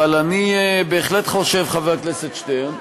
אבל אני בהחלט חושב, חבר הכנסת שטרן,